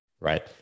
Right